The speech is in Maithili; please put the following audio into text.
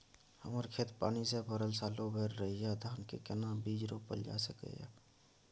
हमर खेत पानी से भरल सालो भैर रहैया, धान के केना बीज रोपल जा सकै ये?